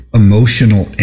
emotional